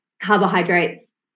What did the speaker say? carbohydrates